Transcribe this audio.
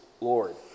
lord